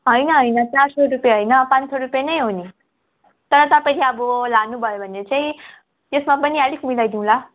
होइन होइन चार सौ रुपियाँ होइन पाँच सौ रुपियाँ नै हो नि तर तपाईँले अब लानुभयो भने चाहिँ त्यसमा पनि अलिक मलाइदिउँला